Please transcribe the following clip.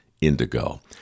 indigo